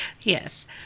yes